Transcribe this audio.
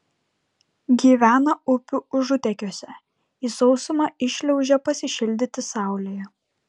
gyvena upių užutekiuose į sausumą iššliaužia pasišildyti saulėje